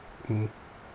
mm